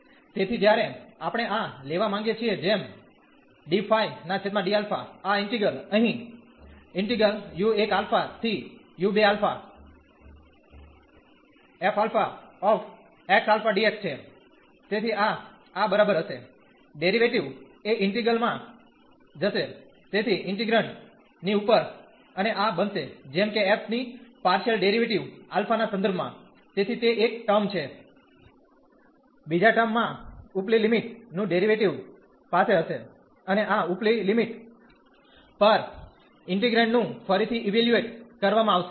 તેથી જ્યારે આપણે આ લેવા માંગીએ છીએ જેમ આ ઈન્ટિગ્રલ અહીંછે તેથી આ આ બરાબર હશે ડેરીવેટીવ એ ઇન્ટીગ્રલ માં જશે તેથી ઇન્ટીગ્રેન્ડ ની ઉપર અને આ બનશે જેમ કે f ની પારશીયલ ડેરીવેટીવ α ના સંદર્ભ માં તેથી તે એક ટર્મ છે બીજા ટર્મ માં ઉપલી લિમીટ નું ડેરીવેટીવ પાસે હશે અને આ ઉપલી લિમિટ પર ઇન્ટીગ્રેન્ડ નું ફરીથી ઇવેલ્યુએટ કરવામાં આવશે